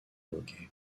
hockey